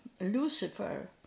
Lucifer